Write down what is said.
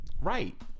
Right